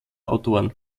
autoren